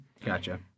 Gotcha